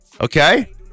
Okay